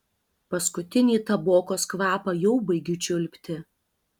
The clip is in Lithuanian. paskutinį tabokos kvapą jau baigiu čiulpti